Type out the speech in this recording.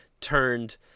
turned